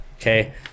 okay